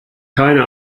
keine